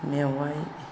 मेवाइ